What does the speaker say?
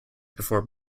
before